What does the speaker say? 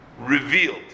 revealed